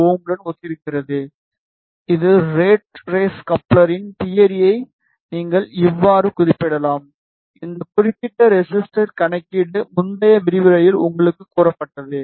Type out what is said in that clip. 7Ω உடன் ஒத்திருக்கிறது இது ரேட் ரேஸ் கப்ளரின் தியரியை நீங்கள் இவ்வாறு குறிப்பிடலாம் இந்த குறிப்பிட்ட ரெசிஸ்டர் கணக்கீடு முந்தைய விரிவுரைகளில் உங்களுக்கு கூறப்பட்டது